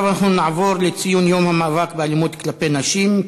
אנחנו נעבור לציון יום המאבק באלימות כלפי נשים.